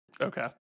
Okay